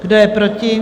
Kdo je proti?